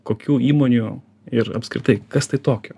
kokių įmonių ir apskritai kas tai tokio